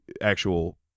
actual